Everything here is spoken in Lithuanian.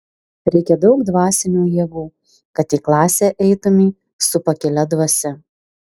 reikia daug dvasinių jėgų kad į klasę eitumei su pakilia dvasia